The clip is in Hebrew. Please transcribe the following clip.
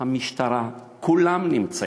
המשטרה, כולם נמצאים.